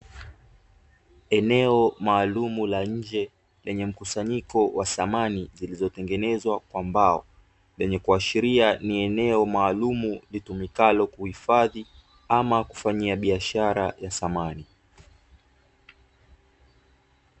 Eneo maalumu la nje lenye mkusanyiko wa samani zilizotengenezwa kwa mbao, zenye kuashiria ni eneo maalumu litumikalo kuhifadhi ama kufanyia biashara ya samani.